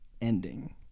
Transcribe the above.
ending